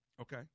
okay